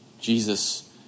Jesus